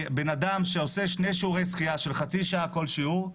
בן אדם שעושה שני שיעורי שחייה של חצי שעה כל שיעור,